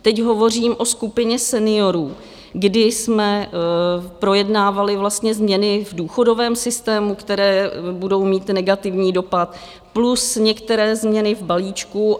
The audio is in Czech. Teď hovořím o skupině seniorů, kdy jsme projednávali vlastně změny v důchodovém systému, které budou mít negativní dopad, plus některé změny v balíčku.